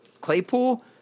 Claypool